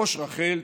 ראש רח"ל,